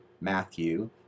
Matthew